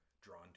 drawn